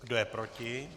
Kdo je proti?